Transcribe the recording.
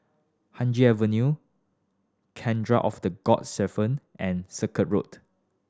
Haig Avenue Cathedral of the Good Shepherd and Circuit Road